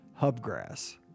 Hubgrass